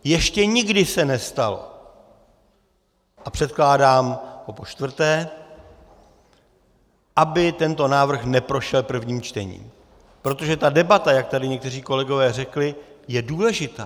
Ještě nikdy se nestalo, a předkládám ho počtvrté, aby tento návrh neprošel prvním čtením, protože ta debata, jak tady někteří kolegové řekli, je důležitá.